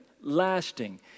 lasting